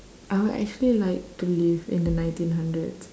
I will actually like to live in the nineteen hundreds